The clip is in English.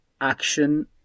action